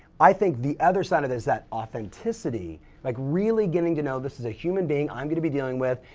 i think the other side of it is that authenticity like really getting to know this is a human being i'm gonna be dealing with.